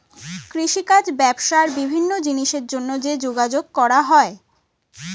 কৃষিকাজ, ব্যবসা আর বিভিন্ন জিনিসের জন্যে যে যোগাযোগ করা হয়